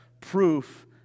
proof